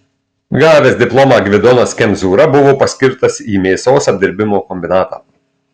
gavęs diplomą gvidonas kemzūra buvo paskirtas į mėsos apdirbimo kombinatą